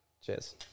cheers